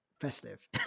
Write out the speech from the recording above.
festive